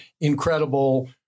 incredible